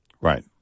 Right